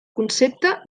concepte